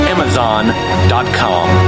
Amazon.com